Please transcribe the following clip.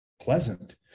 pleasant